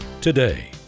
today